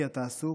כי אתה עסוק,